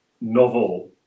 novel